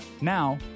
Now